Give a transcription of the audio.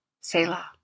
Selah